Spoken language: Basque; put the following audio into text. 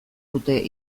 dute